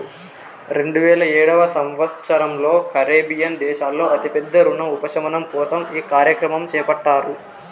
రెండువేల ఏడవ సంవచ్చరంలో కరేబియన్ దేశాల్లో అతి పెద్ద రుణ ఉపశమనం కోసం ఈ కార్యక్రమం చేపట్టారు